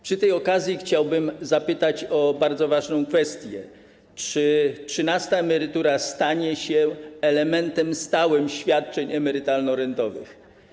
Przy tej okazji chciałbym zapytać o bardzo ważną kwestię: Czy trzynasta emerytura stanie się stałym elementem świadczeń emerytalno-rentowych?